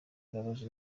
imbabazi